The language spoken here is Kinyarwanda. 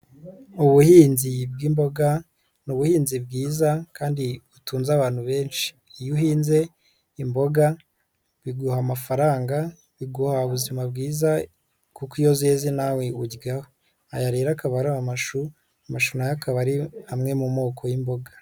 Ubuhinzi bw'imboga ni ubuhinzi bwiza kandi utunze abantu benshi, iyo uhinze imboga biguha amafaranga, biguha ubuzima bwiza kuko iyo zeze nawe urya, aya rero akaba ari amashu amashu nayo akaba ari amwe mu moko y'imboga.